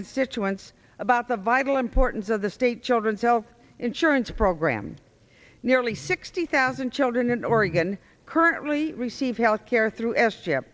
constituents about the vital importance of the state children's health insurance program nearly sixty thousand children in oregon currently receive health care through s chip